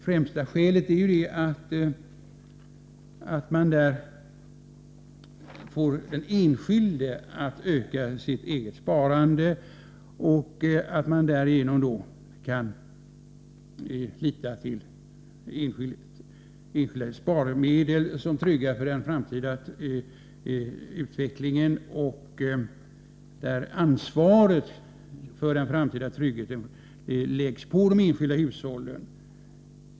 Främsta skälet är att man därigenom får den enskilde att öka sitt eget sparande och att man kan lita till enskilda sparmedel som tryggar den framtida utvecklingen. Ansvaret för den framtida tryggheten läggs härigenom på de enskilda hushållen.